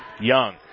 Young